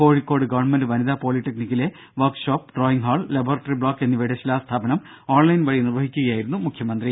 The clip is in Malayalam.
കോഴിക്കോട് ഗവൺമെന്റ് വനിത പോളിടെക്നിക്കിലെ workshop drawing hall laboratory block എന്നിവയുടെ ശിലാസ്ഥാപനം ഓൺലൈൻ വഴി നിർവഹിച്ചു സംസാരിക്കുകയായിരുന്നു മുഖ്യമന്ത്രി